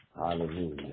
Hallelujah